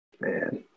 Man